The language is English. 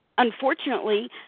Unfortunately